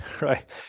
right